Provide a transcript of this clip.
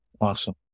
Awesome